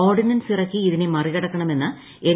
ordinance ഇറക്കി ഇതിനെ മറികടക്കണമെന്ന് എൻ